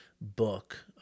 book